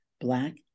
Black